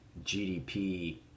GDP